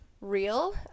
real